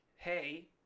Hey